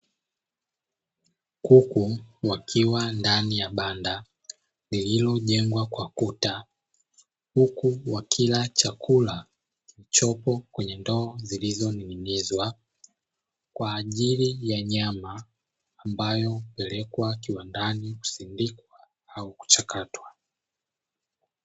Kuku wakiwa ndani ya banda lililojengwa kwa kuta huku wakila chakula kilichopo kwenye ndoo zilizoning'inizwa, kwa ajili ya nyama ambayo hupelekwa kiwandani kusindikwa au kuchakatwa.